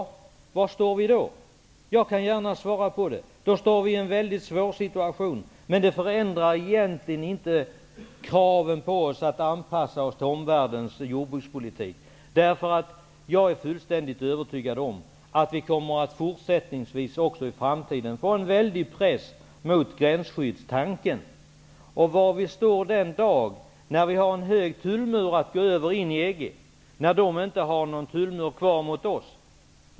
Var står vi då? Jag kan gärna svara på det. Då står vi i en svår situation, men det förändrar egentligen inte kraven på oss att vi skall anpassa oss till omvärldens jordbrukspolitik. Jag är fullständigt övertygad om att vi också i framtiden kommer att få en väldig press mot vår gränsskyddstanke. Var står vi den dag när vi har en hög tullmur att gå över in i EG och EG inte har någon tullmur kvar?